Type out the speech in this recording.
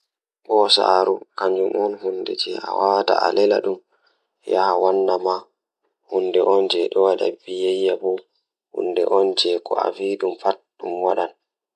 Ko sareejo ko woyde miɗo haɗe e fiyaangu ngal, sabu miɗo ngoppi e kisal e jokkondirɗe rewɓe ngal. Ko miɗo hokkude sabu yidde e hoore fowru ngal